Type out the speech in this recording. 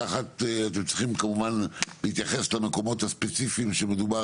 אתם צריכים כמובן להתייחס למקומות הספציפיים שמדובר